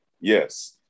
Yes